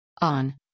On